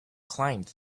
climbed